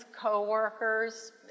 coworkers